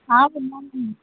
తిన్నామండి